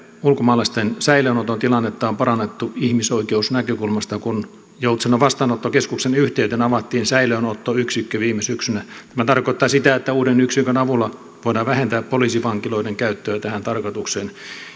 ulkomaalaisten säilöönoton tilannetta on parannettu ihmisoikeusnäkökulmasta kun joutsenon vastaanottokeskuksen yhteyteen avattiin säilöönottoyksikkö viime syksynä tämä tarkoittaa sitä että uuden yksikön avulla voidaan vähentää poliisivankiloiden käyttöä tähän tarkoitukseen